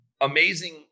amazing